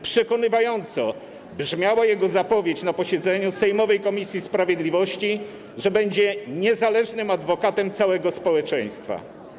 Przekonująco brzmiała jego zapowiedź na posiedzeniu sejmowej komisji sprawiedliwości, że będzie niezależnym adwokatem całego społeczeństwa.